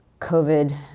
COVID